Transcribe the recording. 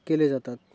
केले जातात